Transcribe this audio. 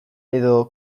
edo